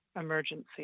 emergency